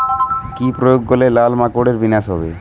কি প্রয়োগ করলে লাল মাকড়ের বিনাশ হবে?